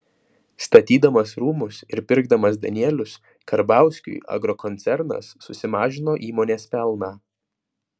statydamas rūmus ir pirkdamas danielius karbauskiui agrokoncernas susimažino įmonės pelną